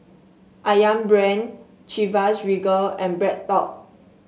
ayam Brand Chivas Regal and BreadTalk